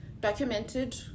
documented